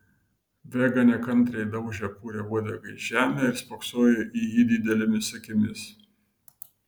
vega nekantriai daužė purią uodegą į žemę ir spoksojo į jį didelėmis akimis